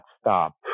stop